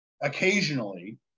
occasionally